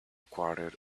quarter